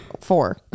four